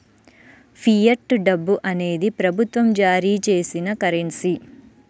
fiat డబ్బు అనేది ప్రభుత్వం జారీ చేసిన కరెన్సీ